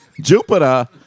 Jupiter